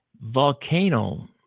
volcano